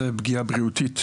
זו פגיעה בריאותית